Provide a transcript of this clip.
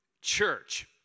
church